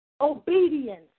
Obedience